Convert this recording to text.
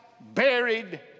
buried